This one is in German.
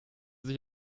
sich